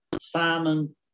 Simon